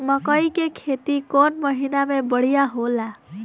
मकई के खेती कौन महीना में बढ़िया होला?